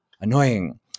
annoying